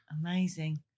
Amazing